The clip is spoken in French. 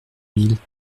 mille